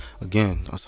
Again